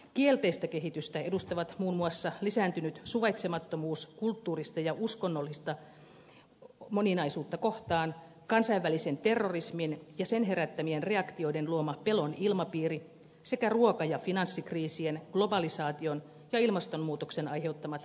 kielteistä kehitystä edustavat muun muassa lisääntynyt suvaitsemattomuus kulttuurista ja uskonnollista moninaisuutta kohtaan kansainvälisen terrorismin ja sen herättämien reaktioiden luoma pelon ilmapiiri sekä ruoka ja finanssikriisien globalisaation ja ilmastonmuutoksen aiheuttamat ongelmat ihmisoikeuksissa